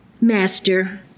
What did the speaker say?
Master